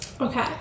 Okay